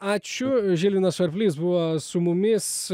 ačiū žilvinas švarplys buvo su mumis